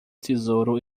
tesouro